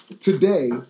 today